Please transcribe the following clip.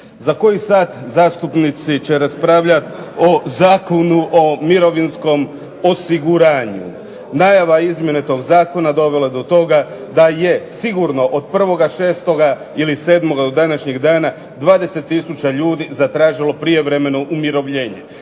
Za koji sat zastupnici će raspravljati o Zakonu o mirovinskom osiguranju, najava izmjene tog Zakona dovela je do toga da je sigurno od 1. 6. ili 7. ili od današnjeg dana zatražilo 20 tisuća ljudi prijevremeno umirovljenje.